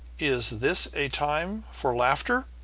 is this a time for laughter?